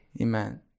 amen